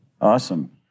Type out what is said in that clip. Awesome